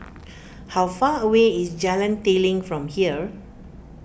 how far away is Jalan Telang from here